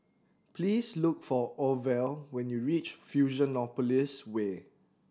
please look for Orvel when you reach Fusionopolis Way